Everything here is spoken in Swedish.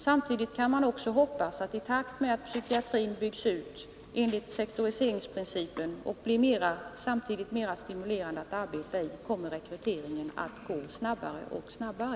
Samtidigt kan man också hoppas att i takt med att psykiatrin byggs ut enligt sektoriseringsprincipen och därmed blir mer stimulerande att arbeta inom, kommer rekryteringen att gå snabbare och snabbare.